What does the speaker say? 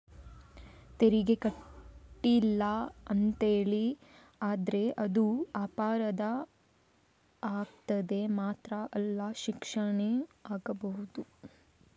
ತೆರಿಗೆ ಕಟ್ಲಿಲ್ಲ ಅಂತೇಳಿ ಆದ್ರೆ ಅದು ಅಪರಾಧ ಆಗ್ತದೆ ಮಾತ್ರ ಅಲ್ಲ ಶಿಕ್ಷೆನೂ ಆಗ್ಬಹುದು